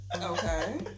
Okay